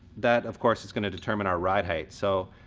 that, of course, is gonna determine our ride height. so,